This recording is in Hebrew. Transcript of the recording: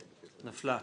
נפלה.